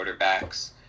quarterbacks